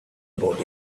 about